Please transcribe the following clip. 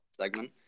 segment